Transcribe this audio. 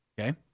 Okay